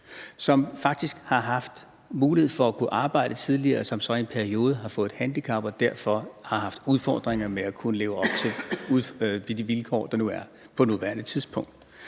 som faktisk har haft mulighed for at arbejde tidligere, og som så i en periode har fået et handicap og derfor har haft udfordringer med at kunne leve op til de vilkår, der nu er på nuværende tidspunkt.